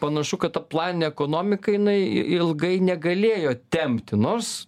panašu kad ta planinė ekonomika jinai i ilgai negalėjo tempti nors